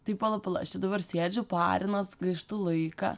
tai pala pala aš čia dabar sėdžiu parinuos gaištu laiką